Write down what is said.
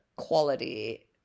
quality